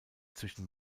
zwischen